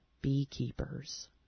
Beekeepers